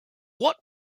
what